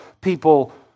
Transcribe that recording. people